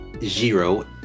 zero